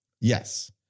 Yes